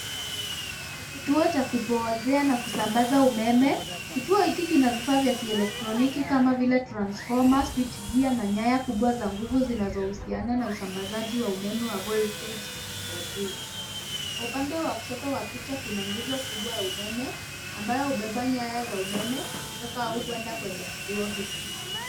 Ni kituo cha kupoozea na kusambaza umeme. Kituo hiki kina vifaa vya kielektroniki kama vile, transformer , switch gear , na nyaya kubwa za nguvu zinazohusiana na usambazaji wa umeme wa voltage ya juu. Kwa upande wa kushoto wa picha kuna nguzo kubwa ya umeme ambayo hubeba nyaya za umeme kutoka au kwenda kwenye kituo hiki.